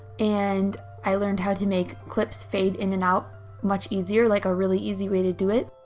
and i learned how to make clips fade in and out much easier like a really easy way to do it.